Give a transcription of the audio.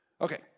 Okay